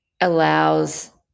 allows